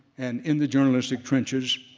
and in the journalistic trenches,